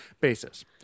Basis